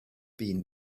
been